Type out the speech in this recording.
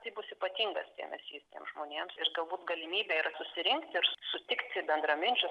tai bus ypatinga dėmesys šitiems žmonėms ir galbūt galimybė ir susirinkti ir sutikti bendraminčius